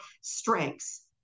strengths